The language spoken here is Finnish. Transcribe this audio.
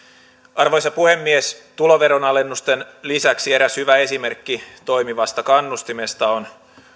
arvoisa puhemies tuloveron alennusten lisäksi eräs hyvä esimerkki toimivasta kannustimesta on